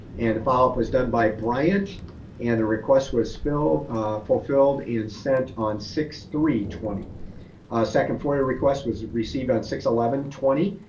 and follow up was done by bryant and the request was fulfilled fulfilled and sent on six three twenty. a second foyer request was received on six eleven twenty.